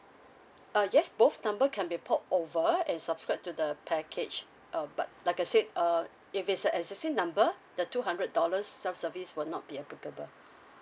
uh yes both number can be port over and subscribe to the package um but like I said uh if it's a existing number the two hundred dollars self service will not be applicable